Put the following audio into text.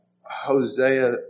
Hosea